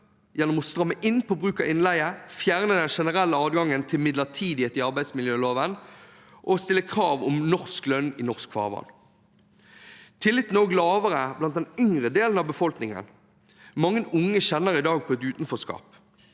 gjennom å stramme inn på bruk av innleie, fjerne den generelle adgangen til midlertidighet i arbeidsmiljøloven og stille krav om norsk lønn i norsk farvann. Tilliten er også lavere blant den yngre delen av befolkningen. Mange unge kjenner i dag på utenforskap.